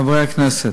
חברי הכנסת,